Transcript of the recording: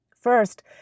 First